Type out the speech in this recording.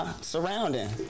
surrounding